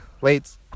wait